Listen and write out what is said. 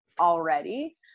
already